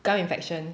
gum infection